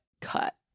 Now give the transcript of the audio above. cut